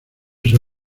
sea